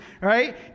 right